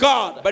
God